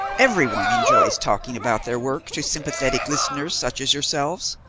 every one enjoys talking about their work to sympathetic listeners such as yourselves.